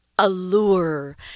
allure